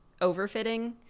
overfitting